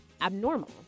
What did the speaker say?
abnormal